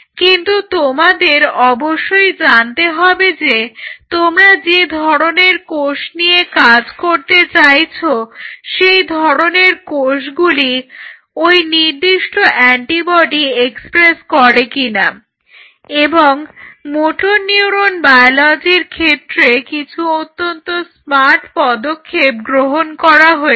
কিন্তু তোমাদের অবশ্যই জানতে হবে যে তোমরা যে ধরনের কোষ নিয়ে কাজ করতে চাইছো সেই ধরনের কোষগুলি ওই নির্দিষ্ট অ্যান্টিবডি এক্সপ্রেস করে কিনা এবং মোটর নিউরন বায়োলজির ক্ষেত্রে কিছু অত্যন্ত স্মার্ট পদক্ষেপ গ্রহণ করা হয়েছে